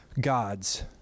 God's